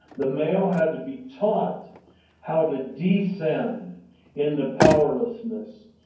the male had to be taught how to descend into powerlessness,